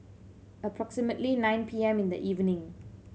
approximately nine P M in the evening